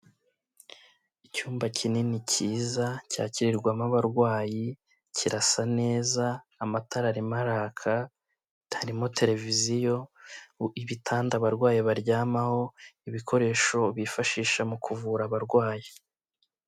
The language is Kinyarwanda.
Icyumba kinini cyiza, cyakirirwamo abarwayi, kirasa neza, amatara arimo araka, harimo televiziyo, ibitanda abarwayi baryamaho, ibikoresho bifashisha mu kuvura abarwayi.